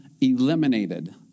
eliminated